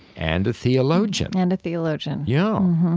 and a theologian, and a theologian yeah.